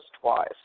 twice